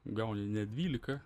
gauni ne dvylika